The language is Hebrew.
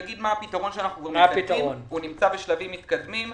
הפתרון נמצא בשלבים מתקדמים.